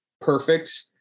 perfect